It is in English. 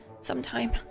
sometime